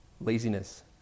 laziness